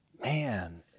Man